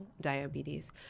diabetes